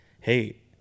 Hey